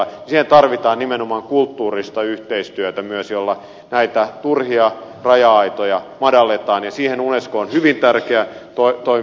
siihen tarvitaan nimenomaan kulttuurista yhteistyötä myös jolla näitä turhia raja aitoja madalletaan ja siihen unesco on hyvin tärkeä toimielin